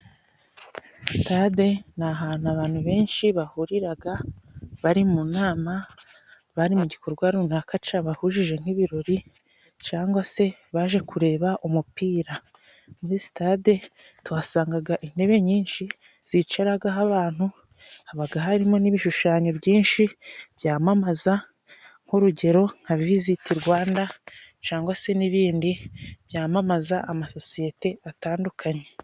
Sitade ni ahantu abantu benshi bahuriraga bari mu nama, bari mu gikorwa runaka cabahujije nk'ibirori, cangwa se baje kureba umupira. Muri sitade tuhasangaga intebe nyinshi zicaragaho abantu habaga harimo n'ibishushanyo byinshi byamamaza nk'urugero nka visiti Rwanda cangwa se n'ibindi byamamaza amasosiyete atandukanye.